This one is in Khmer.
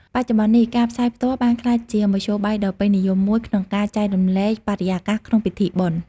បច្ចុប្បន្ននេះ ការផ្សាយផ្ទាល់បានក្លាយជាមធ្យោបាយដ៏ពេញនិយមមួយក្នុងការចែករំលែកបរិយាកាសក្នុងពិធីបុណ្យ។